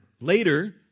later